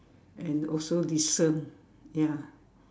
and also listen ya